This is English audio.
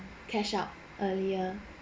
cash out earlier